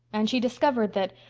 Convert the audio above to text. and she discovered that,